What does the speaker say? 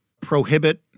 prohibit